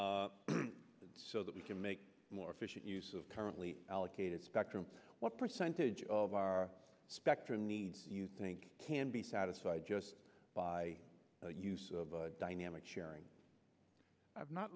so that we can make more efficient use of currently allocated spectrum what percentage of our spectrum needs you think can be satisfied just by the use of dynamic sharing i've not